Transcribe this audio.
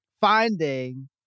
finding